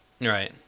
right